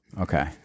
Okay